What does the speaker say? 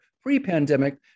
pre-pandemic